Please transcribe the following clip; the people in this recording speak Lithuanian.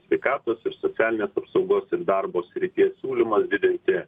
sveikatos ir socialinės apsaugos ir darbo srityje siūlymas didinti